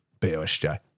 BOSJ